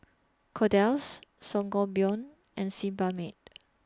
Kordel's Sangobion and Sebamed